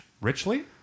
richly